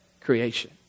creation